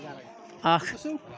اکھ